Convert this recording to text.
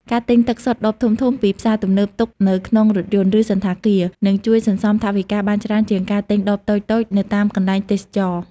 ការទិញទឹកសុទ្ធដបធំៗពីផ្សារទំនើបទុកនៅក្នុងរថយន្ត ឬសណ្ឋាគារ នឹងជួយសន្សំថវិកាបានច្រើនជាងការទិញដបតូចៗនៅតាមកន្លែងទេសចរណ៍។